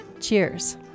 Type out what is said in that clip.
cheers